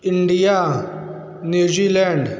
India New Zealand